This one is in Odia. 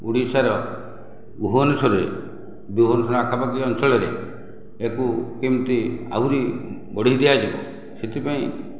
ଓଡ଼ିଶାର ଭୁବନେଶ୍ଵରରେ ଭୁବନେଶ୍ଵର ଆଖପାଖ ଅଞ୍ଚଳରେ ୟାକୁ କେମିତି ଆହୁରି ବଢ଼େଇ ଦିଆଯିବ ସେଥିପାଇଁ